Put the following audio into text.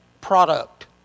product